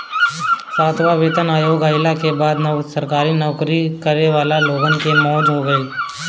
सातवां वेतन आयोग आईला के बाद सरकारी नोकरी करे वाला लोगन के मौज हो गईल